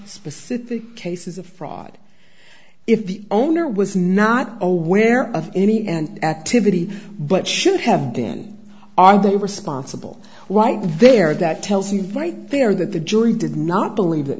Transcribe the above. specific cases of fraud if the owner was not aware of any and activity but should have been are they responsible right there that tells you right there that the jury did not believe that